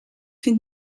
vind